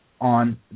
on